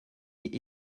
est